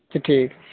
تو ٹھیک ہے